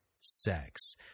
sex